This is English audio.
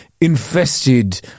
infested